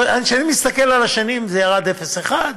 כשאני מסתכל על השנים, זה ירד ב-0.1%,